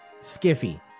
Skiffy